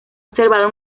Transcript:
observado